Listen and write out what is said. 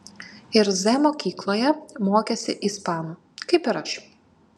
ir z mokykloje mokėsi ispanų kaip ir aš